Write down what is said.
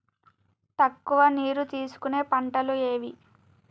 తక్కువ నీరు తీసుకునే పంటలు ఏవి?